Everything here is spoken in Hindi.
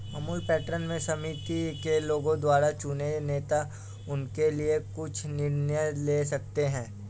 अमूल पैटर्न में समिति के लोगों द्वारा चुने नेता उनके लिए कुछ निर्णय ले सकते हैं